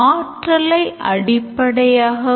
எனவே இது optional ஆகும்